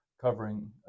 covering